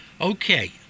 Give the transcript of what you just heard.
Okay